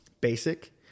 basic